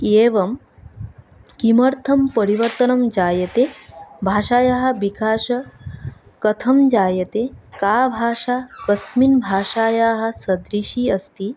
एवं किमर्थं परिवर्तनं जायते भाषायाः विकासः कथं जायते का भाषा कस्मिन् भाषायाः सदृशी अस्ति